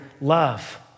love